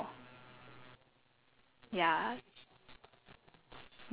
he is originally air but then he's the avatar so he can control all